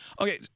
Okay